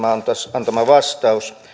antaman vastauksen